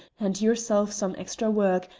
and yourself some extra work,